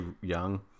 young